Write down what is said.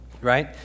right